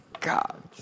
God